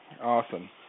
Awesome